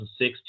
2006